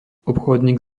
obchodník